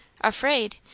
Afraid